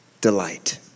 delight